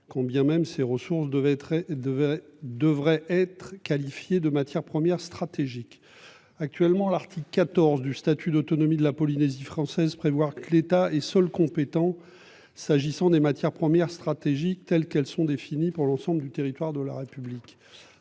Quand bien même ses ressources devait être devrait devrait être qualifié de matières premières stratégiques actuellement l'article 14 du statut d'autonomie de la Polynésie française prévoit que l'État est seul compétent. S'agissant des matières premières stratégiques telles qu'elles sont définies pour l'ensemble du territoire de la République.